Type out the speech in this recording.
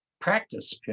practice